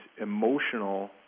emotional